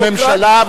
בממשלה.